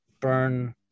burn